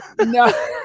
No